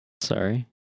sorry